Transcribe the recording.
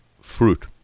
fruit